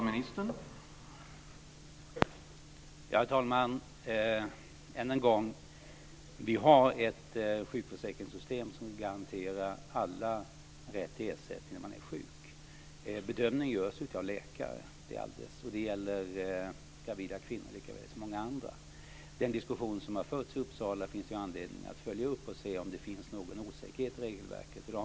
Herr talman! Än en gång, vi har ett sjukförsäkringssystem som garanterar alla rätt till ersättning när man är sjuk. Bedömningen görs av läkare. Det gäller gravida kvinnor lika väl som många andra. Den diskussion som har förts i Uppsala finns det anledning att följa upp för att se om det finns någon osäkerhet i regelverket.